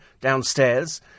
downstairs